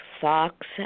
Fox